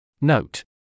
Note